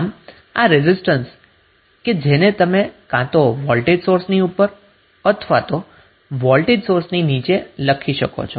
આમ આ રેઝિસ્ટન્સ કે જેને તમે કાં તો વોલ્ટેજ સોર્સની ઉપર અથવા તો વોલ્ટેજ સોર્સની નીચે લખી શકો છો